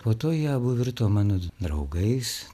po to jie abu virto mano draugais